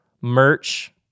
Merch